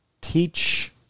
teach